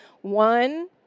One